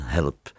Help